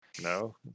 No